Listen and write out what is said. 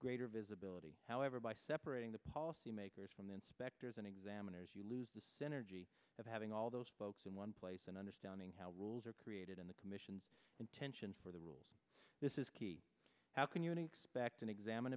greater visibility however by separating the policy makers from the inspectors and examiners you lose the synergy of having all those folks in one place and understanding how rules are created in the commission intentions for the rules this is key how can you expect an exam and